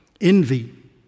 envy